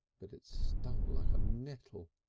but it stung like a nettle!